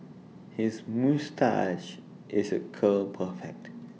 his moustache is A curl perfect